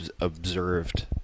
observed